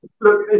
Look